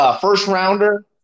first-rounder